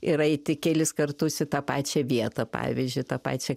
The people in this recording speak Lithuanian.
ir eiti kelis kartus į tą pačią vietą pavyzdžiui tą pačią